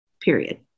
Period